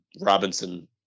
Robinson